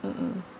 mm